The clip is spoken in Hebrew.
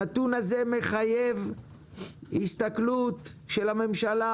הנתון הזה מחייב הסתכלות של הממשלה,